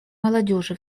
молодежи